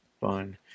fun